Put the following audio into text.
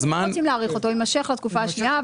אם רוצים להאריך אותו הוא יימשך לתקופה השנייה.